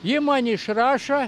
ji man išrašo